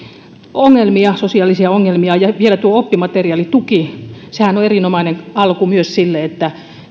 sosiaalisia ongelmia ja vielä myös tuo oppimateriaalitukihan on erinomainen alku sille että